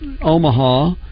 Omaha